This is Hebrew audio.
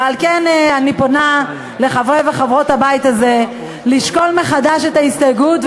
ועל כן אני פונה לחברי וחברות הבית הזה לשקול מחדש את ההסתייגות,